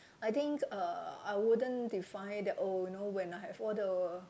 I think uh I wouldn't define that oh you know when I have all the